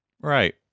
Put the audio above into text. Right